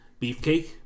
Beefcake